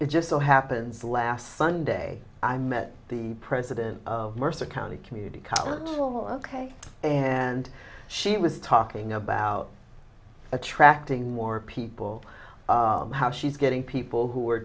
it just so happens last sunday i met the president mercer county community college ok and she was talking about attracting more people how she's getting people who are